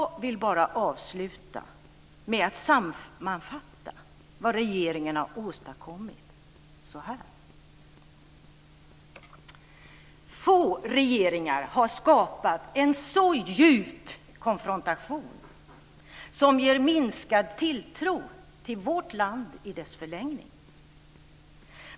Jag vill bara avsluta med att sammanfatta vad regeringen har åstadkommit så här: Få regeringar har skapat en så djup konfrontation, som ger minskad tilltro till vårt land i dess förlängning.